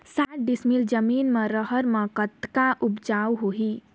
साठ डिसमिल जमीन म रहर म कतका उपजाऊ होही?